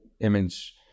image